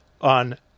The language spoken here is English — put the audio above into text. on